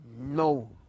No